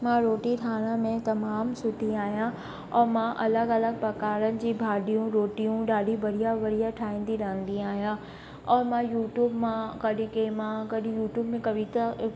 मां रोटी ठाहिण में तमामु सुठी आहियां ऐं मां अलॻि अलॻि प्रकारनि जी भाॼियूं रोटियूं ॾाढी बढ़िया बढ़िया ठाहींदी रहंदी आहियां ऐं मां यूट्यूब मां कॾहिं कंहिंमां कॾहिं यूट्यूब में कविता